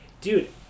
Dude